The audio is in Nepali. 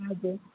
हजुर